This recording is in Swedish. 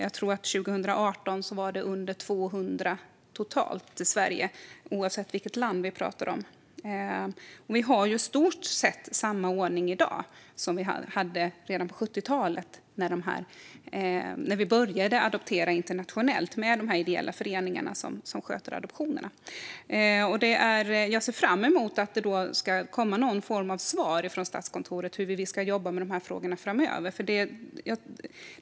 Jag tror att 2018 var det under 200 totalt till Sverige från olika länder. Vi har i stort sett samma ordning i dag som vi hade redan på 70-talet, när vi började adoptera internationellt, med de här ideella föreningarna som sköter adoptionerna. Jag ser fram emot att det ska komma någon form av svar från Statskontoret om hur vi ska jobba med de här frågorna framöver.